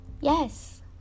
Yes